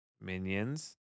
Minions